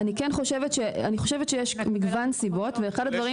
אני כן חושבת שיש מגוון סיבות ואחד הדברים